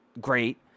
great